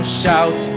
shout